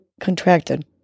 contracted